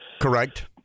Correct